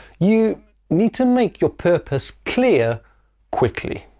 you need to make your purpose clear quickly.